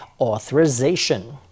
authorization